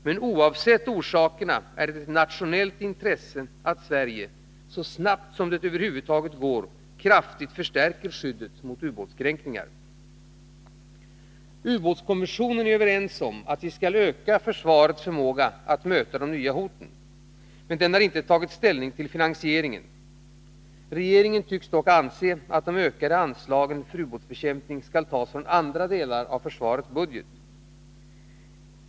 Men oavsett orsakerna är det ett nationellt intresse att Sverige, så snart som det över huvud taget går, kraftigt förstärker skyddet mot ubåtskränkningar. Ubåtskommissionen är överens om att vi skall öka försvarets förmåga att möta de nya hoten. Men den har inte tagit ställning till finansieringen. Regeringen tycks dock anse att de ökade anslagen för ubåtsbekämpning skall tas från andra delar av försvarets budget.